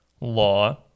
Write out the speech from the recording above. law